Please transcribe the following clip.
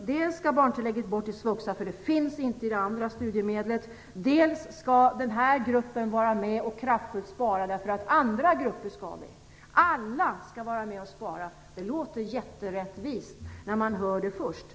Dels skall barntillägget tas bort i svuxa därför att det inte finns i det andra studiemedlet, dels skall den här gruppen vara med och kraftfullt spara därför att andra grupper skall spara. Alla skall vara med och spara - det låter jätterättvist när man hör det.